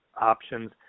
options